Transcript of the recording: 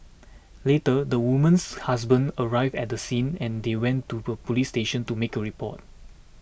later the woman's husband arrived at the scene and they went to police station to make a report